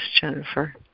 Jennifer